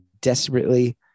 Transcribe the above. desperately